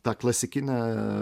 tą klasikinę